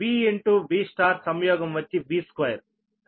V into V సంయోగం వచ్చి V2